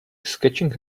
sketching